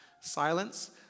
silence